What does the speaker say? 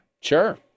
Sure